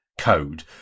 code